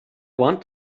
want